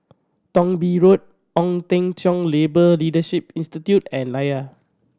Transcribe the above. Thong Bee Road Ong Teng Cheong Labour Leadership Institute and Layar